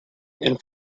and